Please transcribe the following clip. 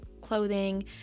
clothing